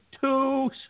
two